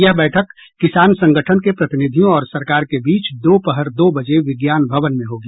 यह बैठक किसान संगठन के प्रतिनिधियों और सरकार के बीच दोपहर दो बजे विज्ञान भवन में होगी